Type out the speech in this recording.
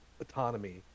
autonomy